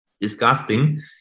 disgusting